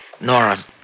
Nora